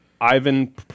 Ivan